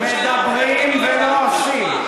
ראש הממשלה, מדברים ולא עושים.